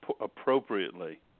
appropriately